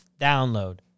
download